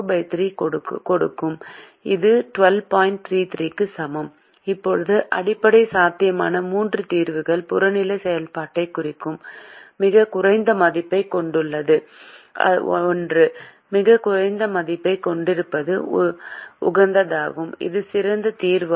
33 க்கு சமம் இப்போது அடிப்படை சாத்தியமான மூன்று தீர்வுகளில் புறநிலை செயல்பாட்டைக் குறைக்கும் மிகக் குறைந்த மதிப்பைக் கொண்ட ஒன்று மிகக் குறைந்த மதிப்பைக் கொண்டிருப்பது உகந்ததாகும் இது சிறந்த தீர்வாகும்